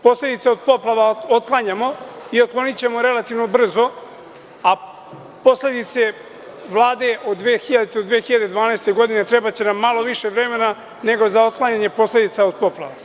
Posledice od poplava otklanjamo i otklonićemo ih relativno brzo, a za posledice vlade od 2000. do 2012. godine trebaće nam malo više vremena nego za otklanjanje posledica od poplava.